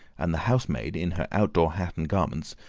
and the housemaid in her outdoor hat and garments,